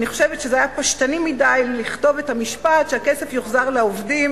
אני חושבת שזה היה פשטני מדי לכתוב את המשפט שהכסף יוחזר לעובדים,